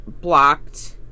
blocked